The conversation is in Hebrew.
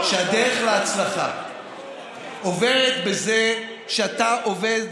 שהדרך להצלחה עוברת בזה שאתה עובד